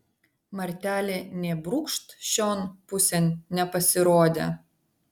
martelė nė brūkšt šion pusėn nepasirodė